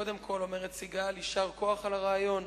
קודם כול, אומרת סיגל, יישר כוח על הרעיון.